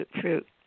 fruit